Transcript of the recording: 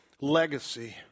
legacy